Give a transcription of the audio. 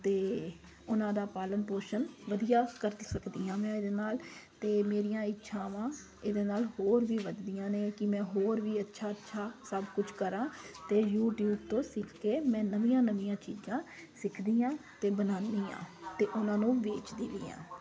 ਅਤੇ ਉਹਨਾਂ ਦਾ ਪਾਲਣ ਪੋਸ਼ਣ ਵਧੀਆ ਕਰ ਸਕਦੀ ਹਾਂ ਮੈਂ ਇਹਦੇ ਨਾਲ ਅਤੇ ਮੇਰੀਆਂ ਇੱਛਾਵਾਂ ਇਹਦੇ ਨਾਲ ਹੋਰ ਵੀ ਵਧਦੀਆਂ ਨੇ ਕਿ ਮੈਂ ਹੋਰ ਵੀ ਅੱਛਾ ਅੱਛਾ ਸਭ ਕੁਛ ਕਰਾਂ ਅਤੇ ਯੂਟਿਊਬ ਤੋਂ ਸਿੱਖ ਕੇ ਮੈਂ ਨਵੀਆਂ ਨਵੀਆਂ ਚੀਜ਼ਾਂ ਸਿੱਖਦੀ ਹਾਂ ਅਤੇ ਬਣਾਉਂਦੀ ਹਾਂ ਅਤੇ ਉਹਨਾਂ ਨੂੰ ਵੇਚਦੀ ਵੀ ਹਾਂ